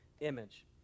image